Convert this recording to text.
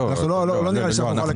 לא נראה לי שנוכל לקבל אתכם.